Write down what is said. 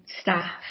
staff